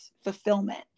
fulfillment